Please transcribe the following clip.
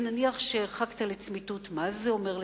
ונניח שהרחקת לצמיתות, מה זה אומר,